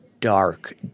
dark